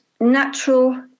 natural